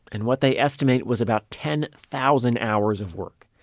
and what they estimate was about ten thousand hours of work,